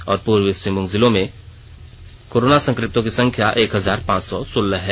और पूर्वी सिंहभूम जिलो में कोरोना संक्रमितों की संख्या एक हजार पांच सौ सोलह है